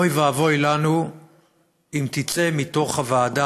אוי ואבוי לנו אם תצא מתוך הוועדה,